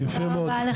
יפה מאוד.